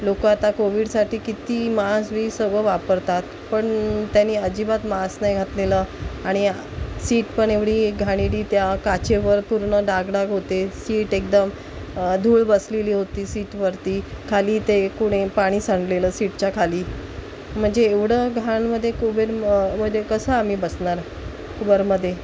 लोकं आता कोविडसाठी किती मास्क वी सगळं वापरतात पण त्याने अजिबात मास्क नाही घातलेलं आणि सीट पण एवढी घाणेरडी त्या काचेवर पूर्ण डाग डाग होते सीट एकदम धूळ बसलेली होती सीटवरती खाली ते कुणी पाणी सांडलेलं सीटच्या खाली म्हणजे एवढं घाणमध्ये कोविडमध्ये कसं आम्ही बसणार उबरमध्ये